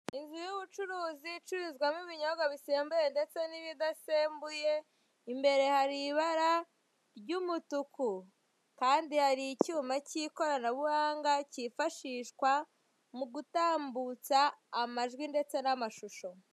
Inzu y'ubucuruzi icururizwamo ibinyobwa bisembuye n'ibidasembuye, imbere hari ibara ry'umutuku kandi hari icyuma cy'ikoranabuhanga kifashishwa mu gutambutsa amajwi ndetse n'amashusho.